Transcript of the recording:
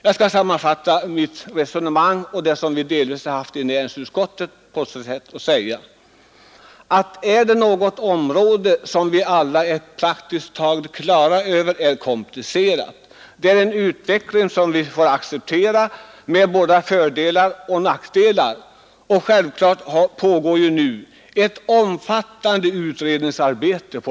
Jag skall sammanfatta mitt resonemang och det som delvis förts i näringsutskottet. Det gäller här ett område som vi alla är praktiskt taget klara över är komplicerat, och det pågår en utveckling som vi får acceptera, med både fördelar och nackdelar. Självklart bedrivs ett omfattande utredningsarbete.